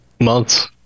months